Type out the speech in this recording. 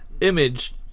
Image